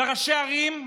לראשי הערים,